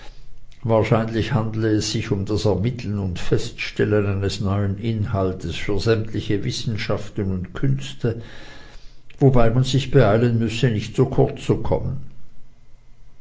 wahrscheinlich handle es sich um das ermitteln und feststellen eines neuen inhaltes für sämtliche wissenschaften und künste wobei man sich beeilen müsse nicht zu kurz zu kommen